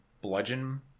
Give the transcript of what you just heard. Bludgeon